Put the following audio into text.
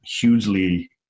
hugely